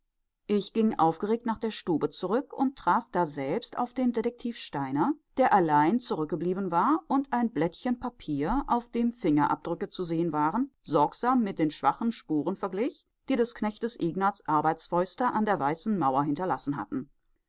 ich ging aufgeregt nach der stube zurück und traf daselbst den detektiv steiner der allein zurückgeblieben war und ein blättchen papier auf dem fingerabdrücke zu sehen waren sorgsam mit den schwachen spuren verglich die des knechtes ignaz arbeitsfäuste an der weißen mauer hinterlassen hatten